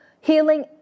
healing